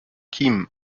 kim